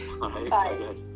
Bye